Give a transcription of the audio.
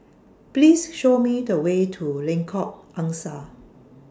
Please Show Me The Way to Lengkok Angsa